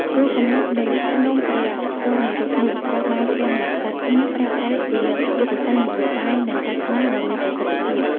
គោលគំនិតនៃភ្នំព្រះសុមេរុនេះ ត្រូវបានព្រះមហាក្សត្រខ្មែរប្រើប្រាស់ជាយុទ្ធសាស្ត្រនយោបាយ និងសាសនាដ៏មានប្រសិទ្ធភាព។